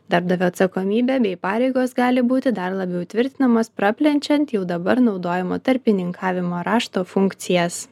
darbdavio atsakomybė bei pareigos gali būti dar labiau įtvirtinamos praplenčiant jau dabar naudojamo tarpininkavimo rašto funkcijas